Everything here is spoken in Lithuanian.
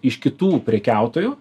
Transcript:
iš kitų prekiautojų